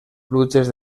pluges